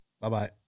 Bye-bye